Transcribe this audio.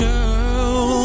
Girl